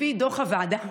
לפי דוח הוועדה